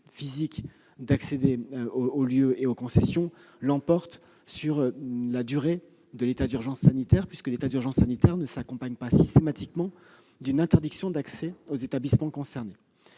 physique d'accéder aux lieux et aux concessions, l'emporte sur la durée de l'état d'urgence sanitaire, lequel ne s'accompagne pas systématiquement d'une interdiction d'accès aux établissements concernés.